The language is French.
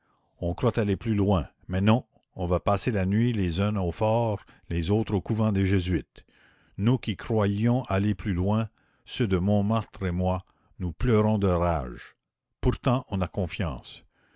on croit aller plus loin mais non on va passer la nuit les uns au fort les autres au couvent des jésuites nous qui croyions aller plus loin ceux de montmartre et moi nous pleurons de rage pourtant on a confiance